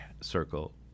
circle